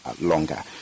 longer